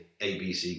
ABC